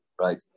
Right